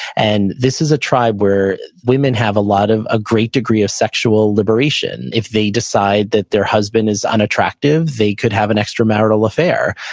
and this is a tribe where women have a lot of, a great degree of sexual liberation. if they decide that their husband is unattractive, they could have an extra marital affair.